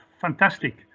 fantastic